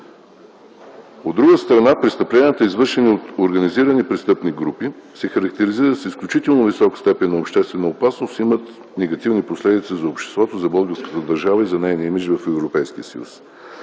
От друга страна, престъпленията, извършени от организирани престъпни групи, се характеризират с изключително висока степен на обществена опасност и имат негативни последици за обществото, за българската държава и за нейния имидж в Европейския съюз.